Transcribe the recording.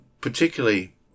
particularly